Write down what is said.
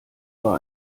war